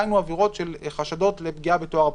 דהיינו עבירות של חשדות לפגיעה בטוהר הבחירות.